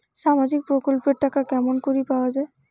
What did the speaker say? সামাজিক প্রকল্পের টাকা কেমন করি পাওয়া যায়?